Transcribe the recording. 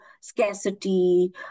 scarcity